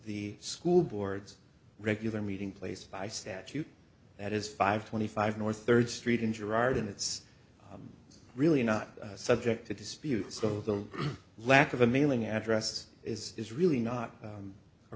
the school board's regular meeting place by statute that is five twenty five north third street in girard and it's really not subject to dispute so the lack of a mailing address is is really not